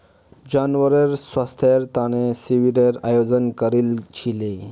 जानवरेर स्वास्थ्येर तने शिविरेर आयोजन करील छिले